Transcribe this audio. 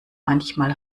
manchmal